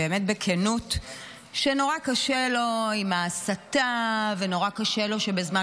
בכנות שנורא קשה לו עם ההסתה ונורא קשה לו שבזמן